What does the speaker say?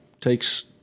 Takes